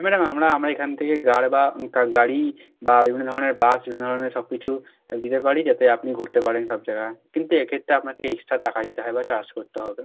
madam আমরা আমরা এখান থেকে গার বা গাড়ি বা বিভিন্ন ধরণের বাস বিভিন্ন ধরণের সব কিছু দিতে পারি যাতে আপনি ঘুরতে পারেন সব জায়গা কিন্তু এ ক্ষেত্রে আপনাকে এক্সট্রা টাকা দিতে হবে বা চার্জ করতে হবে